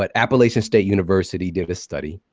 but appalachian state university did a study,